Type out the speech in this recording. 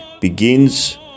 begins